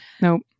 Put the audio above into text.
nope